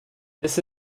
this